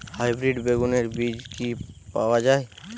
Hybrid বেগুনের বীজ কি পাওয়া য়ায়?